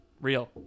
Real